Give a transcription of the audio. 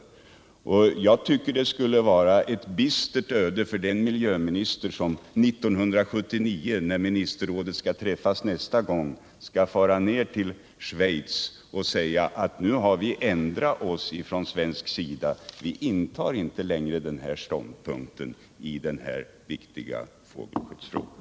Jag tycker det skulle vara ett bistert öde för den miljöminister som 1979, när ministerrådet skall träffas nästa gång, måste åka till Schweiz och säga att vi från svensk sida nu har ändrat oss — vi intar inte längre den tidigare ståndpunkten i den viktiga fågelskyddsfrågan.